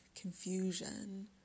confusion